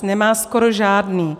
Nemá skoro žádný.